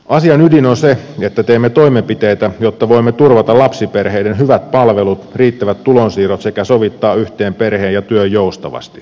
asian ydin on se että teemme toimenpiteitä jotta voimme turvata lapsiperheiden hyvät palvelut riittävät tulonsiirrot sekä sovittaa yhteen perheen ja työn joustavasti